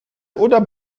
oder